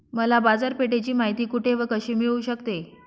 मला बाजारपेठेची माहिती कुठे व कशी मिळू शकते?